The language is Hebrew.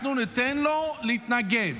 אנחנו ניתן לו להתנגד.